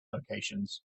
locations